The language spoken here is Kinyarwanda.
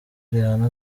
rihanna